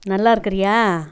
நல்லாயிருக்குறியா